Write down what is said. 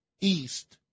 East